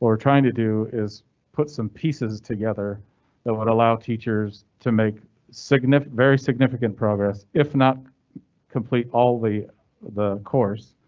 we're trying to do is put some pieces together that would allow teachers to make significant very significant progress, if not complete. all the the course.